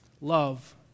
Love